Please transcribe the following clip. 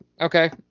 okay